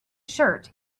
shirt